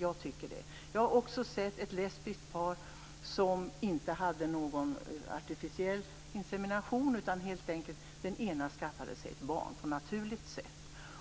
Jag har sett ett lesbiskt par där mamman inte hade någon artificiell insemination. Hon hade skaffat sig ett barn på naturligt sätt.